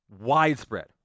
widespread